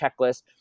checklist